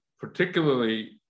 particularly